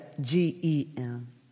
GEM